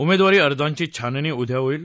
उमेदवारी अर्जांची छाननी उद्या होईल